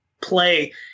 play